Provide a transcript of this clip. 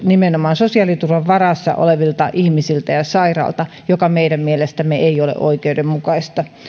nimenomaan sosiaaliturvan varassa olevilta ihmisiltä ja sairailta mikä meidän mielestämme ei ole oikeudenmukaista